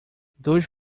dois